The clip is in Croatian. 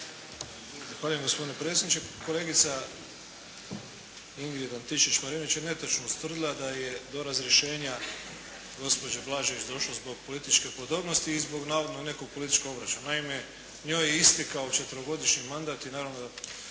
Zahvaljujem gospodine predsjedniče. Kolegica Ingrid Antičević-Marinović je netočno ustvrdila da je do razrješenja gospođe Blažević došlo zbog političke podobnosti i zbog navodno nekog političkog obračuna. Naime, njoj je istekao četverogodišnji mandat i naravno